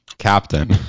captain